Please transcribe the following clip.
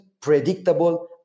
predictable